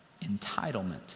entitlement